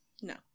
No